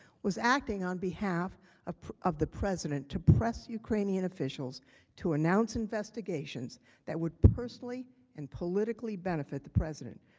was acting on behalf of of the president to press ukrainian officials to announce investigations that would personally and politically benefit the president.